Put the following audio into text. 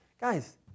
guys